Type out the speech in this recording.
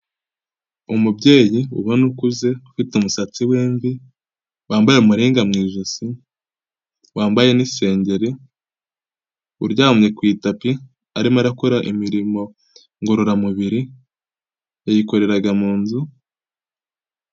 Umubyeyi ubona ukuze ufite umusatsi w'imvi, wambaye amarenga mu ijosi, wambaye n'isengeri, uryamye ku itapi arimo arakora imirimo ngororamubiri, yayikoreraga mu nzu.